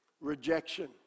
Rejection